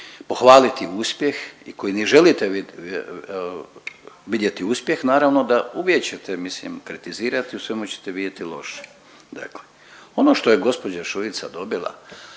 pohvaliti uspjeh i koji ne želite vidjeti uspjeh naravno da uvijek ćete mislim kritizirati i u svemu ćete vidjeti loše, dakle ono što je gđa. Šuica dobila,